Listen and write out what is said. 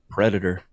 Predator